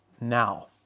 now